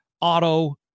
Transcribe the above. auto